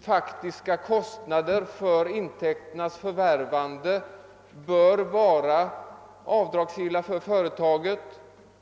faktiska kostnader för intäkternas förvärvande bör vara avdragsgilla för företaget.